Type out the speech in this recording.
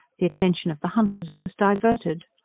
the attention of the hunters was diverted.